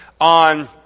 on